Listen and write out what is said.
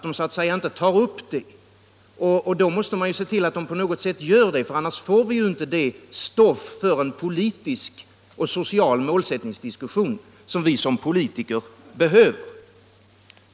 Då måste man se till att dessa saker på något sätt tas upp, ty annars får vi inte det stoff för en politisk och social målsättningsdiskussion som vi som politiker behöver.